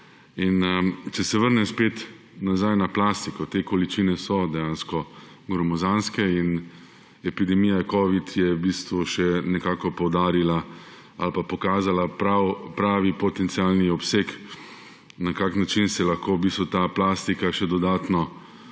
In če se vrnem spet nazaj na plastiko, te količine so dejansko gromozanske in epidemija covida je v bistvu še nekako poudarila ali pa pokazala pravi potencialni obseg, na kakšen način se lahko v bistvu ta plastika še dodatno